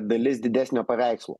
dalis didesnio paveikslo